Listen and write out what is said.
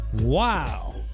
Wow